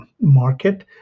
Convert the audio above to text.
market